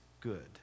good